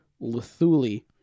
Luthuli